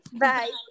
Bye